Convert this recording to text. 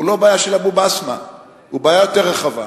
הוא לא בעיה של אבו-בסמה, הוא בעיה יותר רחבה.